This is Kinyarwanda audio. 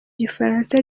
gifaransa